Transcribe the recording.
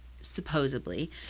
supposedly